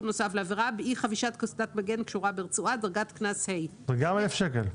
179ד1122ב(ב)באי חבישת קסדת מגן קשורה ברצועה ה זה גם 1,000 שקלים?